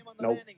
Nope